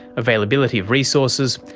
availability of resources,